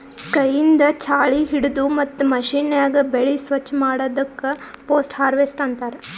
ಕೈಯಿಂದ್ ಛಾಳಿ ಹಿಡದು ಮತ್ತ್ ಮಷೀನ್ಯಾಗ ಬೆಳಿ ಸ್ವಚ್ ಮಾಡದಕ್ ಪೋಸ್ಟ್ ಹಾರ್ವೆಸ್ಟ್ ಅಂತಾರ್